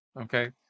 okay